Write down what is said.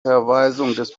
berichts